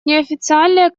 неофициальные